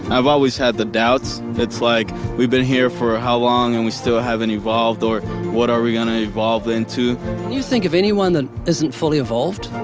i've always had the doubts. it's like, we've been here for ah how long and we still haven't evolved, or what are we going to evolve into? can you think of anyone that isn't fully evolved,